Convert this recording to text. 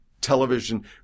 television